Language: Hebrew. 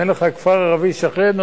אם אין לך כפר ערבי שכן,